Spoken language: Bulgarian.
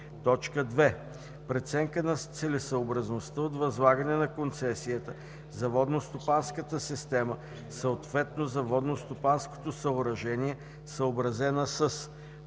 2. преценка на целесъобразността от възлагане на концесията за водностопанската система, съответно за водностопанското съоръжение, съобразена